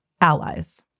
Allies